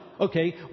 okay